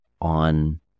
on